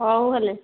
ହଉ ହେଲେ